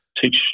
teach